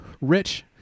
Rich